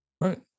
Right